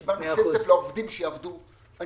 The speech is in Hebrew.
קיבלנו כסף לעובדים שיעבדו.